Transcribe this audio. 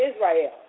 Israel